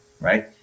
right